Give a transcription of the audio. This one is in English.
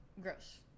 gross